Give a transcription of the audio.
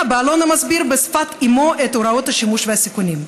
בעלון המסביר בשפת אימו את הוראות השימוש והסיכונים.